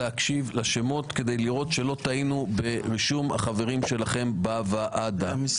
כדי לראות שלא טעינו ברישום החברים שלכם בוועדה.